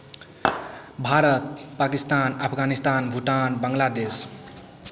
Bharat Pakistan Afghanistan Bhutan Bangladesh